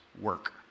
work